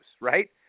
right